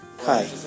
Hi